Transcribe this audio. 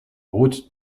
route